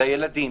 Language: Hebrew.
לילדים,